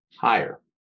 higher